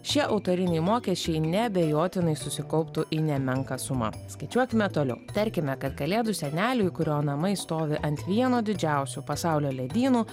šie autoriniai mokesčiai neabejotinai susikauptų į nemenką sumą skaičiuokime toliau tarkime kad kalėdų seneliui kurio namai stovi ant vieno didžiausių pasaulio ledynų